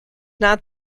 not